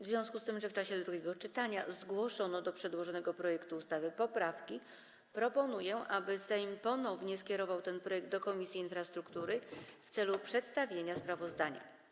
W związku z tym, że w czasie drugiego czytania zgłoszono do przedłożonego projektu ustawy poprawki, proponuję, aby Sejm ponownie skierował ten projekt do Komisji Infrastruktury w celu przedstawienia sprawozdania.